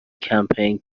کمپین